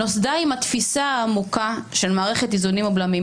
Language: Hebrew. נוסדה עם התפיסה העמוקה של מערכת איזונים ובלמים.